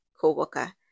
co-worker